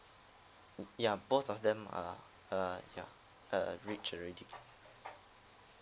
ya both of them are err ya err reach already